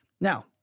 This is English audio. Now